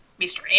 mr